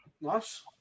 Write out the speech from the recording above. nice